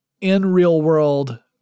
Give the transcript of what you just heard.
in-real-world